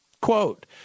Quote